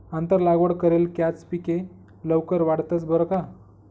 आंतर लागवड करेल कॅच पिके लवकर वाढतंस बरं का